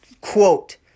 quote